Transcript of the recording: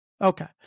Okay